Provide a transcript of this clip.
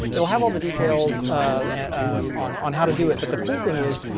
it'll have all the details um on on how to do it, but the cool thing is,